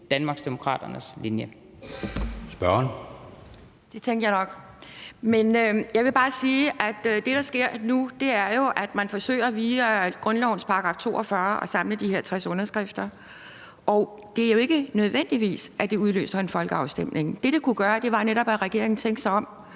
Kjærsgaard (DF): Det tænkte jeg nok. Men jeg vil bare sige, at det, der sker nu, jo er, at man via grundlovens § 42 forsøger at samle de her 60 underskrifter. Og det er jo ikke nødvendigvis sådan, at det udløser en folkeafstemning. Det, det kunne gøre, var netop, at regeringen tænkte sig om,